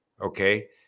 Okay